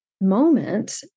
moment